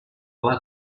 pla